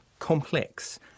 complex